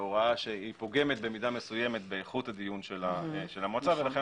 בהוראה שפוגמת במידה מסוימת באיכות הדיון של המועצה ולכן